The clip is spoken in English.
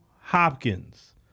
Hopkins